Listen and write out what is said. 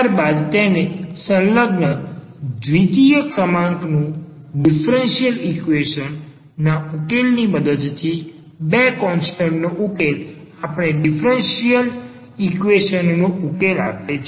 ત્યારબાદ તેને સંલગ્ન દ્વિતીય ક્રમાંકનું ડીફરન્સીયલ ઈક્વેશન ના ઉકેલ ની મદદથી બે કોન્સ્ટન્ટનો ઉકેલ આપણે ડીફરન્સીયલ ઈક્વેશન નો ઉકેલ આપે છે